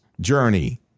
journey